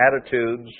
attitudes